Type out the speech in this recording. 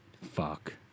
Fuck